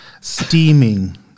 steaming